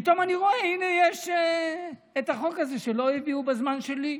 פתאום אני רואה: הינה החוק הזה שלא הביאו בזמן שלי,